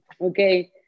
okay